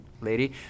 lady